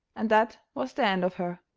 and that was the end of her.